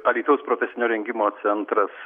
alytaus profesinio rengimo centras